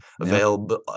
available